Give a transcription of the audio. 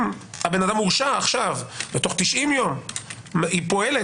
אם בן אדם הורשע עכשיו ובתוך 90 יום היא פועלת